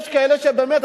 יש כאלה שבאמת.